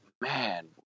man